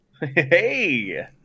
Hey